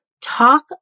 Talk